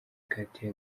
katie